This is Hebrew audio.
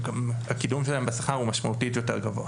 - שהקידום שלהן בשכר הוא משמעותית יותר גבוה.